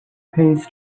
pays